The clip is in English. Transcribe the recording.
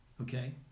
okay